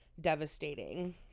devastating